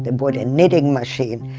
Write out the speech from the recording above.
and bought a knitting machine,